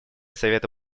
совета